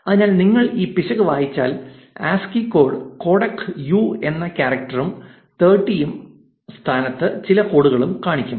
അതിനാൽ നിങ്ങൾ ഈ പിശക് വായിച്ചാൽ A S C I I കോഡെക്കിന് 'യൂ' u എന്ന ക്യാരക്ടറും 30 ആം സ്ഥാനത്ത് ചില കോഡുകളും കാണും